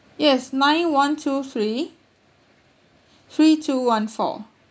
yes nine one two three three two one four